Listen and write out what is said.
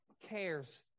cares